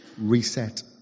reset